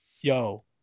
yo